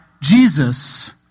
Jesus